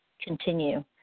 continue